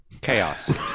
Chaos